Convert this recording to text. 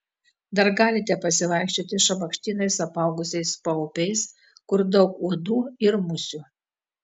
dar galite pasivaikščioti šabakštynais apaugusiais paupiais kur daug uodų ir musių